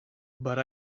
but